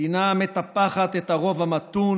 מדינה המטפחת את הרוב המתון